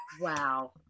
Wow